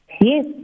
Yes